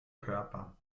körper